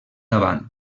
davant